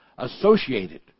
associated